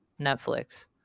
Netflix